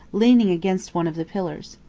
leaning against one of the pillars.